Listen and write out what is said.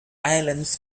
islands